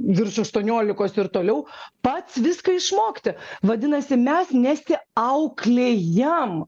virš aštuoniolikos ir toliau pats viską išmokti vadinasi mes nesi auklėjam